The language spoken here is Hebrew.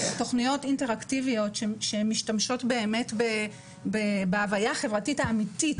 אלה תכניות אינטראקטיביות שמשתמשות באמת בהוויה חברתית האמיתית